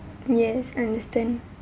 yes understand